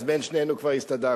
אז בין שנינו כבר הסתדרנו.